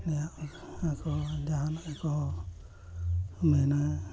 ᱱᱮᱭᱟᱣᱚᱜ ᱟᱠᱚ ᱡᱟᱦᱟᱱᱟᱜ ᱜᱮᱠᱚ ᱢᱮᱱᱟ